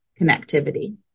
connectivity